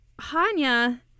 Hanya